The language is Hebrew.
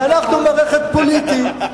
אנחנו מערכת פוליטית.